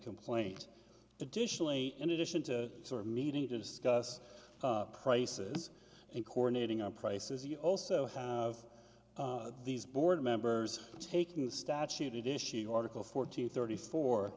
complaint additionally in addition to sort of meeting to discuss prices and coronating our prices you also have these board members taking the statute issue article fourteen thirty four